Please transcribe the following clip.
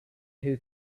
who